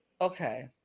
Okay